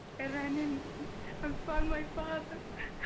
and i mean and found my father.